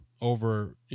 over